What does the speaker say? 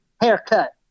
haircut